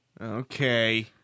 Okay